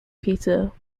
peter